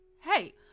hey